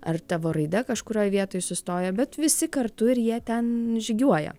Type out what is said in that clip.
ar tavo raida kažkurioj vietoj sustojo bet visi kartu ir jie ten žygiuoja